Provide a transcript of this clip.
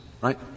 right